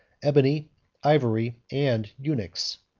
ebony ivory, and eunuchs.